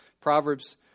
Proverbs